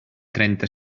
trenta